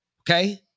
okay